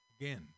again